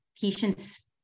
patients